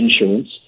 insurance